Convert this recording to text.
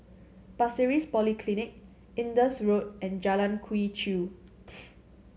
Pasir Ris Polyclinic Indus Road and Jalan Quee Chew